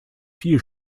viel